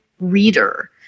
reader